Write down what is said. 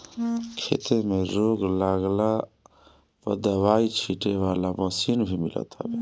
खेते में रोग लागला पअ दवाई छीटे वाला मशीन भी मिलत हवे